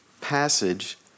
passage